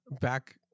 back